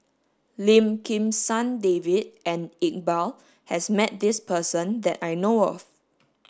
Lim Kim San David and Iqbal has met this person that I know of